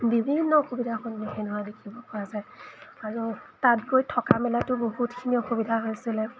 বিভিন্ন অসুবিধাৰ সন্মুখীন হোৱা দেখিব পোৱা যায় আৰু তাত গৈ থকা মেলাতো বহুতখিনি অসুবিধা হৈছিলে